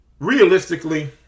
Realistically